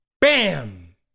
Bam